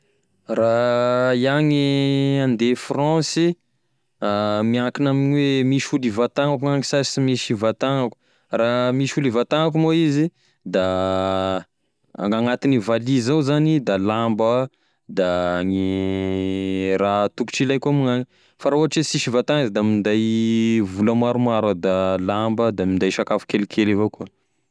Raha iaho gne andeha Fransy, miankina amign'ny hoe misy olo hivantagnako any sa sy misy olo hivantagnako, raha misy olo hivatagnako moa izy da gn'agnatine valizy ao zany da lamba de raha tokotry ilaiko amignagny fa raha ohatry hoe sisy hivantagnany da minday vola maromaro ah da lamba da minday sakafo kelikely avao koa.